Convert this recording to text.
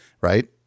Right